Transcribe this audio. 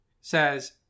says